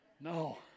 No